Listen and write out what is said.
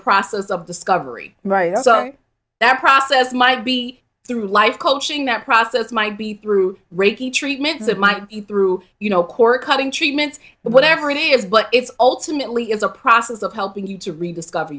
process of discovery right so that process might be through life coaching that process might be through reiki treatments that might be through you know core cutting treatments whatever it is but it's alternately is a process of helping you to rediscover